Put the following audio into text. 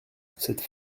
cette